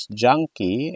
junkie